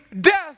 death